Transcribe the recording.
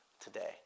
today